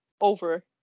over